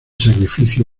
sacrificio